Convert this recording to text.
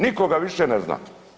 Nitko ga više ne zna.